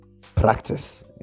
practice